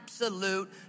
absolute